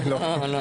לא.